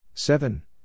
Seven